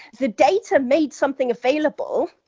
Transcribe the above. the data made something available,